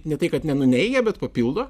ne tai kad nenuneigia bet papildo